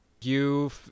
You-